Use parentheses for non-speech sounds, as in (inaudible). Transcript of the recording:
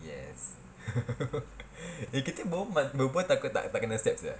yes (laughs) eh kita berbual berbual takut tak akan accept sia